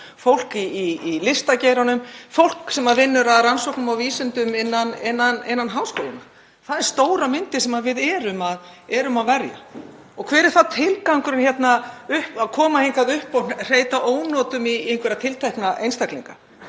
fólk í listageiranum, fólk sem vinnur að rannsóknum og vísindum innan háskólanna. Það er stóra myndin sem við erum að verja. Hver er þá tilgangurinn með því að koma hingað upp og hreyta ónotum í einhverja tiltekna einstaklinga?